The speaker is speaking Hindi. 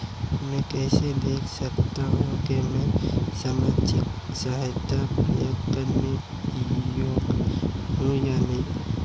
मैं कैसे देख सकता हूं कि मैं सामाजिक सहायता प्राप्त करने योग्य हूं या नहीं?